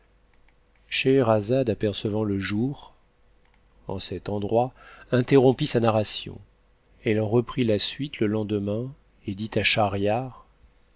scheherazade apercevant le jour en cet endroit interrompit sa narration elle en reprit la suite le lendemain et dit